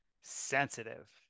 Sensitive